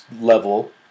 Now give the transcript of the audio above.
level